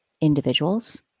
individuals